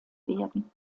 werden